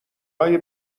های